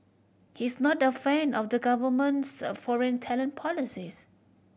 he is not a fan of the government's a foreign talent policies